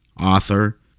author